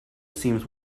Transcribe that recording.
seems